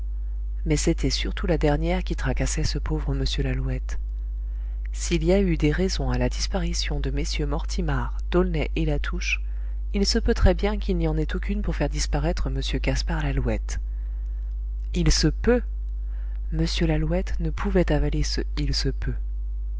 mais c'était surtout la dernière qui tracassait ce pauvre m lalouette s'il y a eu des raisons à la disparition de mm mortimar d'aulnay et latouche il se peut très bien qu'il n'y en ait aucune pour faire disparaître m gaspard lalouette il se peut m lalouette ne pouvait avaler ce il se peut